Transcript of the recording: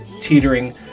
teetering